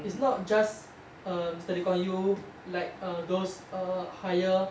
it's not just err mister lee kuan yew like err those err higher